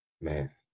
man